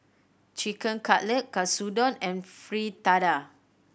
Chicken Cutlet Katsudon and Fritada